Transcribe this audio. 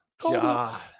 God